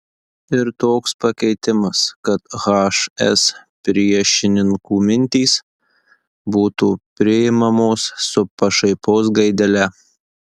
ir toks pakeitimas kad hs priešininkų mintys būtų priimamos su pašaipos gaidele